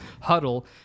huddle